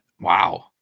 Wow